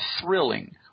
thrilling